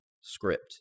script